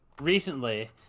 recently